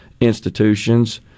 institutions